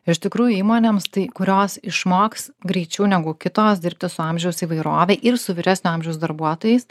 iš tikrųjų įmonėms tai kurios išmoks greičiau negu kitos dirbti su amžiaus įvairove ir su vyresnio amžiaus darbuotojais